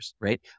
right